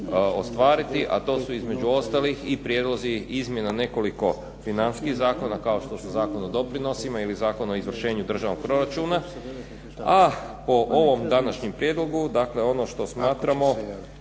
a to su između ostalih i prijedlozi izmjena nekoliko financijskih zakona kao što su Zakon o doprinosima ili Zakon o izvršenju državnog proračuna, a po ovom današnjem prijedlogu ono što smatramo